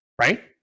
Right